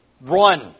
run